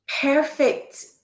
perfect